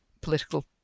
political